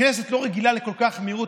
הכנסת לא רגילה לכזאת מהירות,